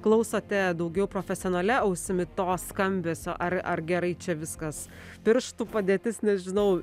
klausote daugiau profesionalia ausimi to skambesio ar ar gerai čia viskas pirštų padėtis nežinau